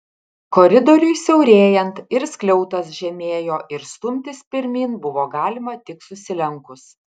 koridoriui siaurėjant ir skliautas žemėjo ir stumtis pirmyn buvo galima tik susilenkus